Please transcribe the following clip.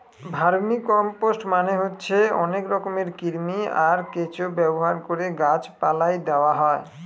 vermicompost মানে হচ্ছে অনেক রকমের কৃমি, আর কেঁচো ব্যবহার করে গাছ পালায় দেওয়া হয়